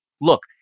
Look